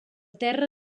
terra